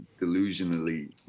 delusionally